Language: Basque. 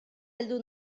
heldu